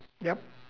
yup